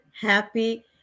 happy